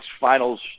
finals